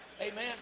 Amen